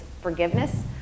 forgiveness